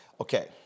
Okay